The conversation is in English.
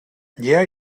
yeah